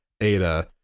Ada